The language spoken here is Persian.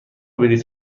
بلیط